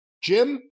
Jim